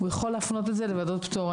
הוא יכול להפנות את זה לוועדות פטור.